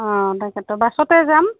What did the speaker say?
অঁ তাকেটো বাছতে যাম